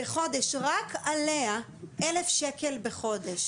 בחודש רק עליה 1,000 שקל בחודש